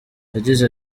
yagize